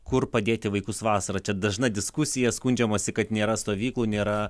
kur padėti vaikus vasarą čia dažna diskusija skundžiamasi kad nėra stovyklų nėra